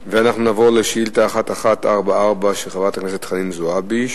אנחנו נעבור לשאילתא מס' 1144 של חברת הכנסת חנין זועבי,